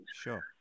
Sure